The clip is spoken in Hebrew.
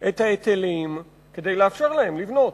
את ההיטלים כדי לאפשר להם לבנות.